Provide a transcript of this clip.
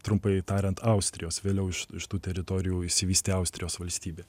trumpai tariant austrijos vėliau iš iš tų teritorijų išsivystė austrijos valstybė